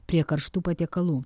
prie karštų patiekalų